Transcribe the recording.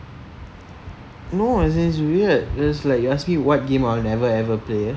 no as in it's weird is like you ask me what game I will never ever play